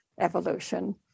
evolution